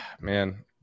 man